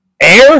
Air